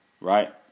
right